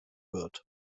wird